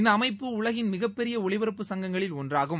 இந்த அமைப்பு உலகின் மிகப்பெரிய ஒலிபரப்பு சங்கங்களில் ஒன்றாகும்